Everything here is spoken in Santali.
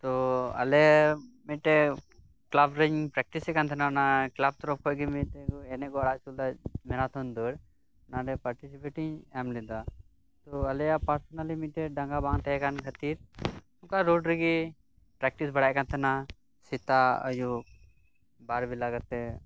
ᱛᱚ ᱟᱞᱮ ᱢᱤᱫᱴᱮᱱ ᱠᱞᱟᱵ ᱨᱮᱧ ᱯᱮᱠᱴᱤᱥᱮᱫ ᱠᱟᱱᱛᱟᱦᱮᱱᱟ ᱚᱱᱟ ᱠᱞᱟᱵ ᱛᱚᱨᱚᱯᱷ ᱠᱷᱚᱱ ᱮᱱᱮᱡ ᱠᱚ ᱟᱲᱟᱜ ᱩᱪᱩᱞᱮᱫᱟ ᱢᱮᱨᱟᱛᱷᱚᱱ ᱫᱟᱹᱲ ᱚᱱᱟᱨᱮ ᱯᱟᱴᱤᱥᱤᱯᱮᱴ ᱤᱧ ᱮᱢ ᱞᱮᱫᱟ ᱛᱚ ᱟᱞᱮᱭᱟᱜ ᱯᱟᱨᱥᱚᱱᱟᱞᱤᱧ ᱢᱤᱫᱴᱮᱱ ᱰᱟᱸᱜᱟ ᱵᱟᱝ ᱛᱟᱦᱮᱸ ᱠᱷᱟᱹᱛᱤᱨ ᱚᱱᱠᱟ ᱨᱳᱰ ᱨᱮᱜᱤ ᱯᱮᱠᱴᱤᱥ ᱵᱟᱲᱟᱭᱮᱫ ᱠᱟᱱ ᱛᱟᱦᱮᱱᱟ ᱥᱮᱛᱟᱜ ᱟᱹᱭᱩᱵ ᱵᱟᱨ ᱵᱮᱞᱟ ᱠᱟᱛᱮᱫ